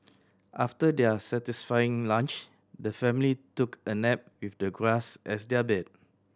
after their satisfying lunch the family took a nap with the grass as their bed